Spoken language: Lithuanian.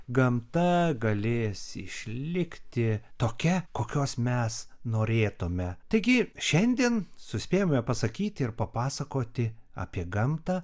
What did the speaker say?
gamta galės išlikti tokia kokios mes norėtume taigi šiandien suspėjome pasakyti ir papasakoti apie gamtą